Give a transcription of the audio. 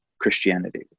Christianity